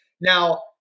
Now